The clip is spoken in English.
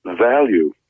value